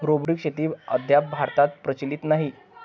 robotic शेती अद्याप भारतात प्रचलित नाही